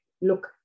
look